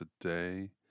today